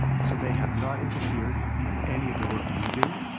so they have not interfered in any of the work we do.